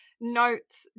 notes